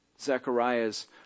Zechariah's